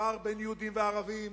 הפער בין יהודים לערבים,